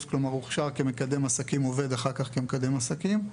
והוכשר כמקדם עסקים עובד אחר כך כמקדם עסקים,